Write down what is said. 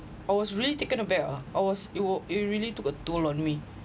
I was really taken aback ah I was it wa~ it really took a toll on me